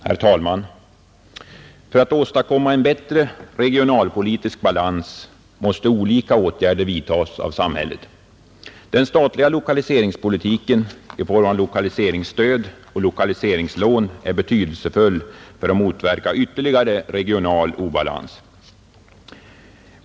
Herr talman! För att åstadkomma en bättre regionalpolitisk balans måste olika åtgärder vidtas av samhället, Den statliga lokaliseringspolitiken i form av lokaliseringsstöd och lokaliseringslån är betydelsefull för att motverka ytterligare regional obalans.